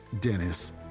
Dennis